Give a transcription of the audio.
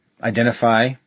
identify